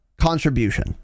contribution